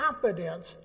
confidence